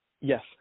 Yes